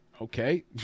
Okay